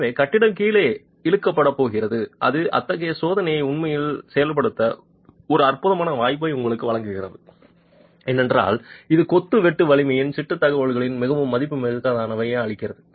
எனவே கட்டிடம் கீழே இழுக்கப்படப்போகிறது அது அத்தகைய சோதனையை உண்மையில் செயல்படுத்த ஒரு அற்புதமான வாய்ப்பை உங்களுக்கு வழங்குகிறது ஏனென்றால் இது கொத்து வெட்டு வலிமையின் சிட்டு தகவல்களில் மிகவும் மதிப்புமிக்கதை அளிக்கிறது